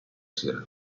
sera